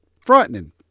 frightening